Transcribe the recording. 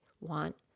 want